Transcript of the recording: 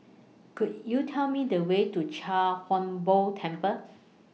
Could YOU Tell Me The Way to Chia Hung Boo Temple